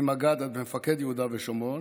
ממג"ד עד מפקד יהודה ושומרון,